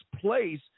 place